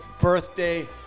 birthday